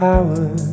Power